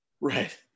right